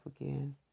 again